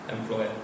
Employer